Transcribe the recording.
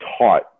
taught